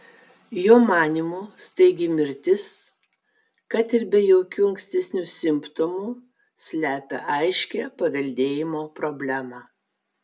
jo manymu staigi mirtis kad ir be jokių ankstesnių simptomų slepia aiškią paveldėjimo problemą